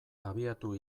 abiatu